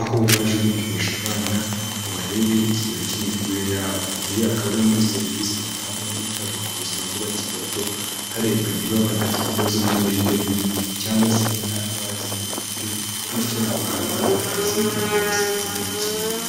aho baje gupimisha abana ngo barebe ikigero cy'imikurire yabo. Iyi akaba ari muri serivise zitangwa hitabwa ku buzima bw'abakiri bato, harebwa niba badafite ibibazo by'imirire mibi cyangwa se niba nta ndwara zindi bafite, bityo ngo bahabwe ubutabazi igihe basanze babukeneye.